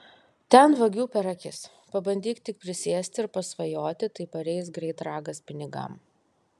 ten vagių per akis pabandyk tik prisėsti ir pasvajoti tai pareis greit ragas pinigam